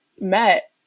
met